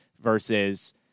versus